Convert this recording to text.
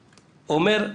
אומר: